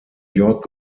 york